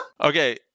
Okay